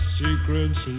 secrets